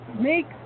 make